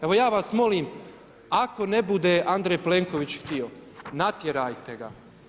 Evo ja vas molim ako ne bude Andrej Plenković htio, natjerajte ga.